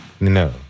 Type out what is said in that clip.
No